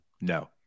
No